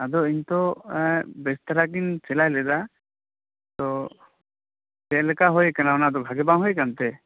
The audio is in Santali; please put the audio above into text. ᱟᱫᱚ ᱤᱧᱫᱚ ᱮᱸ ᱵᱮᱥ ᱫᱷᱟᱨᱟ ᱜᱮᱧ ᱥᱮᱞᱟᱭ ᱞᱮᱫᱟ ᱛᱚ ᱪᱮᱫ ᱞᱮᱠᱟ ᱦᱩᱭᱟᱠᱟᱱᱟ ᱚᱱᱟᱫᱚ ᱵᱷᱟᱜᱮ ᱵᱟᱝ ᱦᱩᱭᱟᱠᱟᱱᱛᱮ